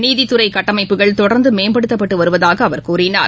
நீதித்துறைகட்டமைப்புகள் தொடர்ந்துமேம்படுத்தப்பட்டுவருவதாகஅவர் கூறினார்